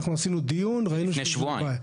אנחנו עשינו דיון --- לפני שבועיים.